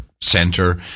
center